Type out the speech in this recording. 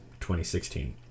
2016